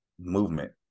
movement